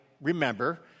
remember